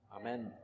Amen